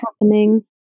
happening